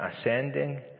ascending